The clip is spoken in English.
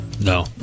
No